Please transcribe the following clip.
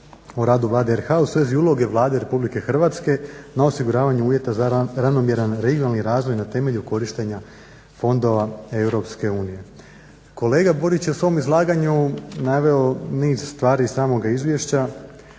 o radu Vlade RH u svezi uloge Vlade RH na osiguravanja uvjeta za ravnomjeran regionalni razvoj na temelju korištenja fondova EU. Kolega Burić je u svom izlaganju naveo niz stvari iz samoga izvješća.